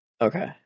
okay